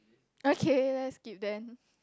okay let's skip then